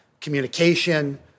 communication